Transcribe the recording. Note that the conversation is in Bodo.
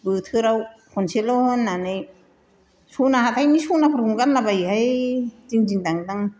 बोथोराव खनसेल' होन्नानै सना हाथायनि सनाफोरखौनो गानला बायो हाय दिं दिं दां दां